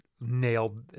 nailed